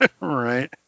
Right